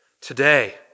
today